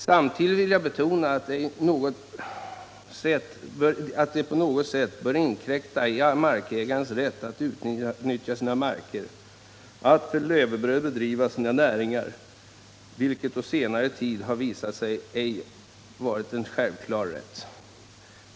Samtidigt vill jag betona att allemansrätten inte på något sätt bör få inkräkta på markägarens rättighet att utnyttja sina marker eller att för sitt levebröd bedriva sina näringar, vilket på senare tid visat sig ej ha varit en självklar rättighet.